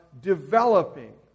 developing